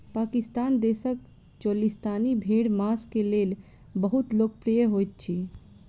पाकिस्तान देशक चोलिस्तानी भेड़ मांस के लेल बहुत लोकप्रिय होइत अछि